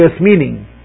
meaning